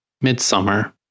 Midsummer